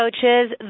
coaches